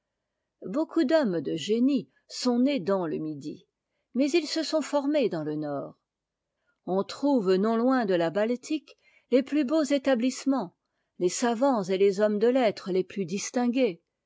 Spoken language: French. beaucoup d'hommes de génie sont nés dans le midi mais ils se sont formés dans le nord on trouve non loin de la baltique les plus beaux établissements les savants et les hommes de lettres les plus distingués